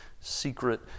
secret